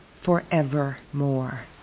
forevermore